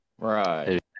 Right